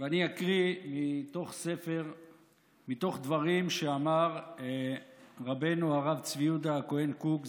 ואני אקריא מתוך דברים שאמר רבנו הרב צבי יהודה הכהן קוק,